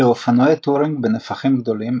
אלה אופנועי טורינג בנפחים גדולים,